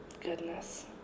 Goodness